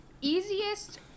Easiest